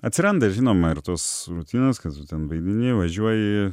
atsiranda žinoma ir tos rutinos kad tu ten vaidini važiuoji